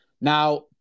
Now